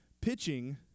pitching